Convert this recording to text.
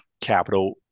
capital